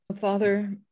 Father